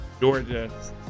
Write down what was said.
Georgia